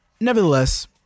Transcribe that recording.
Nevertheless